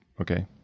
Okay